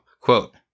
Quote